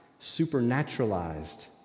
supernaturalized